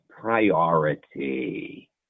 priority